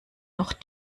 noch